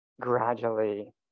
gradually